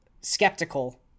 skeptical